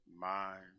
mind